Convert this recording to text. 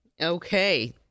Okay